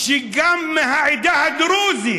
גם מהעדה הדרוזית